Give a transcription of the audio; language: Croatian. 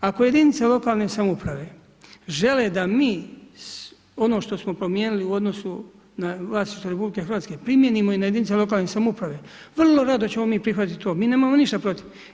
Ako jedinice lokalne samouprave žele da mi ono što smo promijenili u odnosu na vlasništvo RH primijenimo i na jedinice lokalne samouprave, vrlo rado ćemo mi prihvatiti to, mi nemamo ništa protiv.